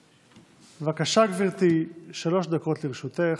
בבקשה, גברתי, שלוש דקות לרשותך.